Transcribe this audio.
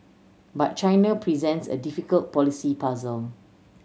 but China presents a difficult policy puzzle